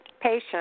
patient